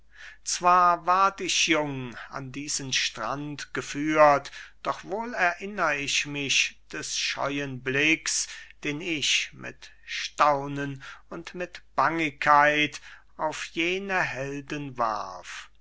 zwar ward ich jung an diesen strand geführt doch wohl erinnr ich mich des scheuen blicks den ich mit staunen und mit bangigkeit auf jene helden warf